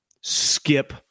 Skip